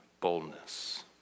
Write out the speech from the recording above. boldness